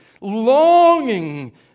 longing